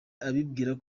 abibwira